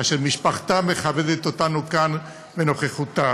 אשר משפחתה מכבדת אותנו כאן בנוכחותה.